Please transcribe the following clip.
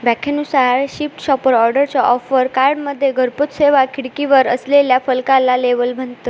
व्याख्येनुसार shift shopper ऑर्डरच्या offer कार्डमध्ये घरपोच सेवा खिडकीवर असलेल्या फलकाला लेवल म्हणतो